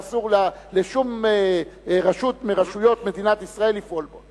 ואסור לשום רשות מרשויות מדינת ישראל לפעול בו.